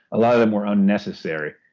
a lot of them were unnecessary.